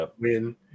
win